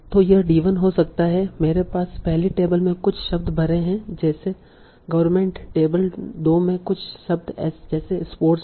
तो यह d1 हो सकता है मेरे पास पहली टेबल में कुछ शब्द भरे हैं जैसे गवर्नमेंट टेबल दो में कुछ शब्द जैसे स्पोर्ट्स है